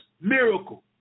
miracle